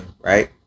Right